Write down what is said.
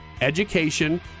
Education